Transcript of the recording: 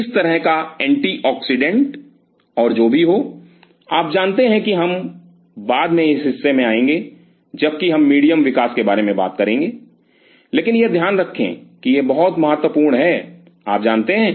किसी तरह का एंटीऑक्सीडेंट और जो भी हो आप जानते हैं कि हम बाद में इस हिस्से में आएँगे जबकि हम मीडियम विकास के बारे में बात करेंगे लेकिन यह ध्यान रखें कि यह बहुत महत्वपूर्ण है आप जानते हैं